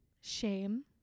shame